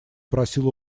просил